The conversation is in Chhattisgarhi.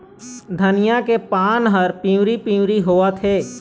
धनिया के पान हर पिवरी पीवरी होवथे?